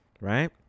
right